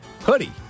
hoodie